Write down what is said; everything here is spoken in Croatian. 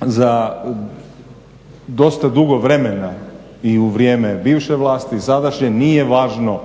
za dosta dugo vremena i u vrijeme bivše vlasti i sadašnje, nije važno